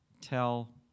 tell